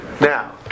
Now